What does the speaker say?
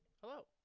Hello